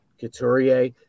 Couturier